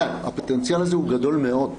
הפוטנציאל הזה הוא גדול מאוד,